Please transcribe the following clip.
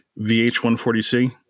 vh140c